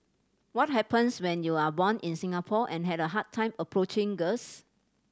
what happens when you are born in Singapore and had a hard time approaching girls